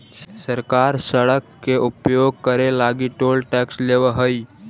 सरकार सड़क के उपयोग करे लगी टोल टैक्स लेवऽ हई